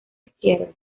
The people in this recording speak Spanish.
izquierda